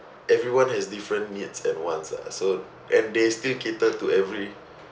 everyone has different needs and wants ah so and they still cater to every